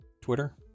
Twitter